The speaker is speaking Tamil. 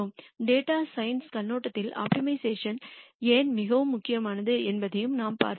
டேட்டா சயின்ஸ் கண்ணோட்டத்தில் ஆப்டிமைசேஷன் ஏன் மிகவும் முக்கியமானது என்பதையும் நாம் பார்த்தோம்